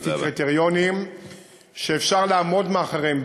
לפי קריטריונים שאפשר לעמוד מאחוריהם,